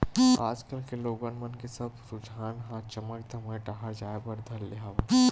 आज कल के लोगन मन के सब रुझान मन ह चमक धमक डाहर जाय बर धर ले हवय